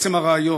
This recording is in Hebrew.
עצם הרעיון.